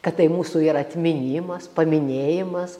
kad tai mūsų yra atminimas paminėjimas